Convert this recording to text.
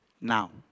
now